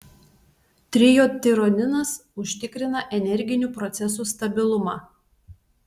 trijodtironinas užtikrina energinių procesų stabilumą